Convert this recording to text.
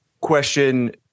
question